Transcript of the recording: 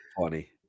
funny